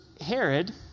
Herod